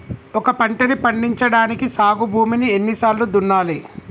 ఒక పంటని పండించడానికి సాగు భూమిని ఎన్ని సార్లు దున్నాలి?